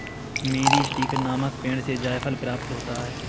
मीरीस्टिकर नामक पेड़ से जायफल प्राप्त होता है